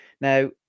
now